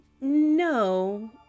No